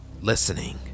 listening